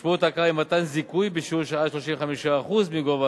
משמעות ההכרה היא מתן זיכוי בשיעור של 35% מגובה